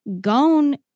gone